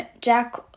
Jack